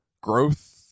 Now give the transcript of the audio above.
growth